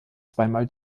zweimal